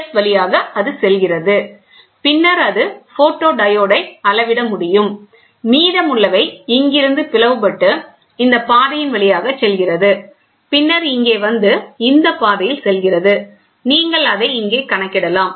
P S அது செல்கிறது பின்னர் அது போட்டோடியோடை அளவிட முடியும் மீதமுள்ளவை இங்கிருந்து பிளவுபட்டு இந்த பாதையின் வழியாக செல்கிறது பின்னர் இங்கே வந்து இந்த பாதையில் செல்கிறது நீங்கள் அதை இங்கே கணக்கிடலாம்